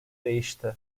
değişti